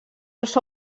els